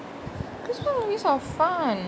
christmas movies are fun